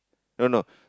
no no